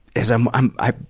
as i'm, i'm, i,